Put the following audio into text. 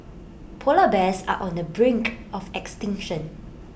Polar Bears are on the brink of extinction